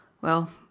Well